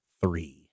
three